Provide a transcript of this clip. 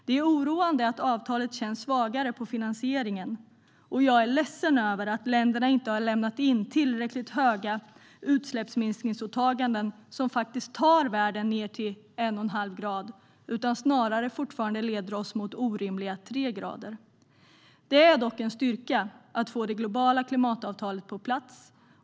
Det är oroande att avtalet känns svagare på finansieringen, och jag är ledsen över att länderna inte har lämnat in tillräckligt höga utsläppsminskningsåtaganden som faktiskt tar världen ned till en och en halv grad. Åtagandena leder oss i stället snarare fortfarande mot orimliga tre grader. Det är dock en styrka att få det globala klimatavtalet på plats.